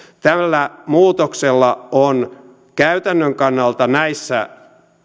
tällä muutoksella on käytännön kannalta näissä